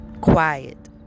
quiet